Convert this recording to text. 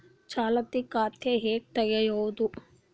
ಚಾಲತಿ ಖಾತಾ ಹೆಂಗ್ ತಗೆಯದು?